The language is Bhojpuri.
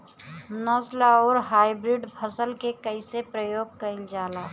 नस्ल आउर हाइब्रिड फसल के कइसे प्रयोग कइल जाला?